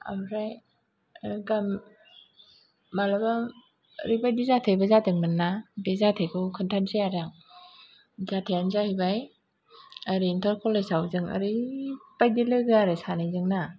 ओमफ्राय ओह गाम मालाबा आरैबायदि जाथायबो जादोंमोन ना बे जाथायखौ खोनथानसै आरो आं जाथायानो जाहैबाय ओरैनोथ' कलेजाव जों ओरैबायदि लोगो आरो सानैजों ना